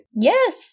Yes